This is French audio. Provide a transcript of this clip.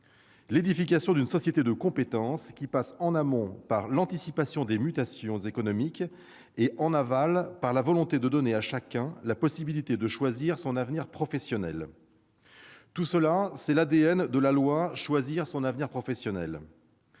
l'édification d'une société de compétences, qui passe, en amont, par l'anticipation des mutations économiques et, en aval, par la volonté de donner à chacun la possibilité de choisir son avenir professionnel. Tout cela, c'est l'ADN de la loi du 5 septembre